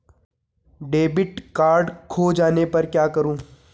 Debit card खो जाने पर क्या करूँ?